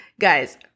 guys